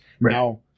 Now